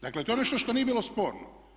Dakle to je nešto što nije bilo sporno.